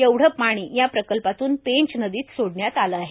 एवढे पाणी या प्रकल्पातून पेंच नदीत सोडण्यात आले आहे